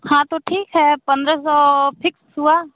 हाँ तो ठीक है पंद्रह सौ फिक्स हुआ